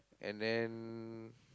and then